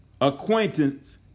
acquaintance